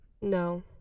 No